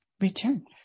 return